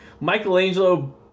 Michelangelo